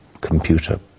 computer